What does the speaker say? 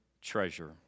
treasure